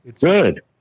Good